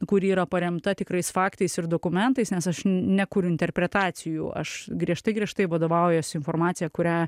kuri yra paremta tikrais faktais ir dokumentais nes aš nekuriu interpretacijų aš griežtai griežtai vadovaujuosi informacija kurią